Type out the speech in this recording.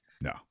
No